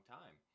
time